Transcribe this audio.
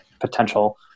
potential